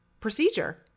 procedure